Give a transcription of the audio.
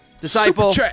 Disciple